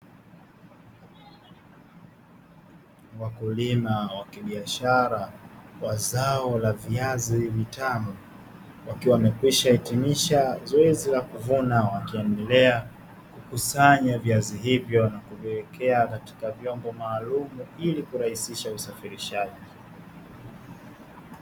Wakulima wakibiashara wa zao la viazi vitamu wakiwa wamekwisha hitimisha zoezi la kuvuna, wakiendelea kukusanya viazi hivyo na kuviweka katika vyombo maalumu ili kurahisisha usafirishaji.